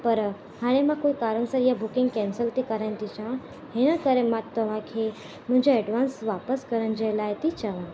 पर हाणे मां कोई कारण सां इहो बुकिंग कैंसिल थी कराइण थी चां हीअं करे मां तव्हांखे मुंहिंजो एडवांस वापिसि करण जे लाइ थी चवा